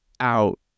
out